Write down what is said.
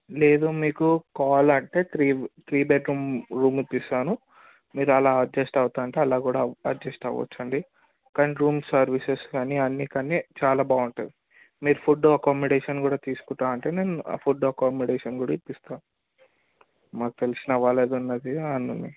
లేదు మీకు కావాలంటే త్రీ త్రీ బెడ్రూమ్ రూమ్ ఇస్తాను మీరు అలా అడ్జస్ట్ అవుతాను అంటే అలా కూడా అడ్జస్ట్ అవ్వచ్చు అండి కానీ రూమ్ సర్వీసెస్ కానీ అన్నీ కానీ చాలా బాగుంటుంది మీరు ఫుడ్ అకామోడేషన్ కూడా తీసుకుంటాను అంటే నేను ఆ ఫుడ్ అకామిడేషన్ కూడా ఇస్తాను మాకు తెలిసిన వాళ్ళది ఉన్నది అందుకని